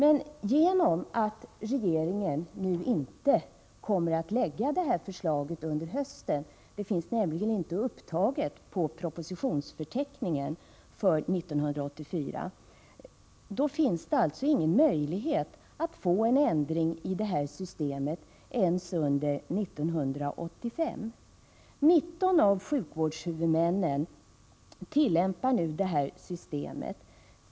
På grund av att regeringen inte nu kommer att lägga fram ett förslag under hösten — det finns nämligen inte upptaget på propositionsförteckningen för 1984 — finns det alltså ingen möjlighet att få en ändring i systemet ens under 1985. 39 19 av sjukvårdshuvudmännen tillämpar nu systemet.